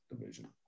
division